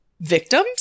victims